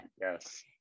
Yes